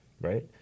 right